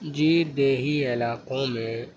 جی دیہی علاقوں میں